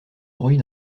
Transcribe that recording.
bruit